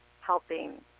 helping